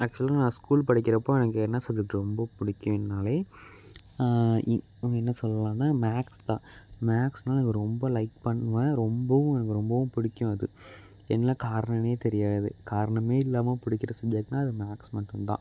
ஆக்ஷுவலாக நான் ஸ்கூல் படிக்கிறப்போது எனக்கு என்ன சப்ஜெக்ட் ரொம்ப பிடிக்கின்னாலே இ என்ன சொல்லலான்னால் மேக்ஸ் தான் மேக்ஸ்னால் எனக்கு ரொம்ப லைக் பண்ணுவேன் ரொம்பவும் எனக்கு ரொம்பவும் பிடிக்கும் அது என்ன காரணம்னே தெரியாது காரணமே இல்லாமல் பிடிக்கிற சப்ஜெக்ட்னால் அது மேக்ஸ் மட்டும் தான்